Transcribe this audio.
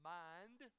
mind